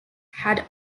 had